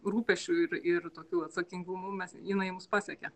rūpesčiu ir ir tokiu atsakingumu mes jinai mus pasiekė